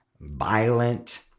violent